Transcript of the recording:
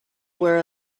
wear